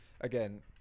again